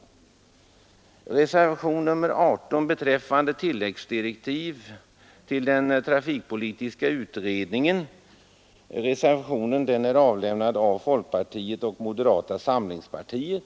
Nr 145 NeRSTVAti ere ös 18 beträffande tilläggsdirektiv till den trafikpolitiska Fredagen den utredningen är avlämnad av folkpartiet och moderata samlingspartiet.